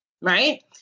right